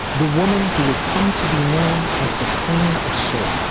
the woman who had come to be known as the queen of soul,